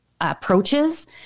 approaches